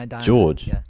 george